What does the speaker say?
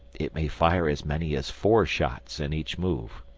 it may fire as many as four shots in each move.